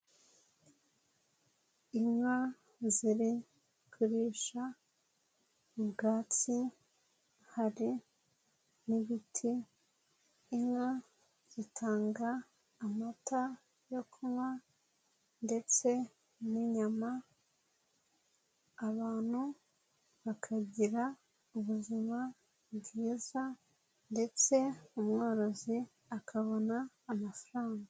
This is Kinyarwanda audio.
Inka ziri kurisha ubwatsi, hari in'ibti, inka zitanga amata yo kunywa ndetse n'inyama, abantu bakagira ubuzima bwiza ndetse umworozi akabona amafaranga.